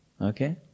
Okay